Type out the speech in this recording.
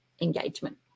engagement